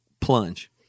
plunge